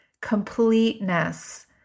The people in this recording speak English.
completeness